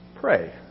pray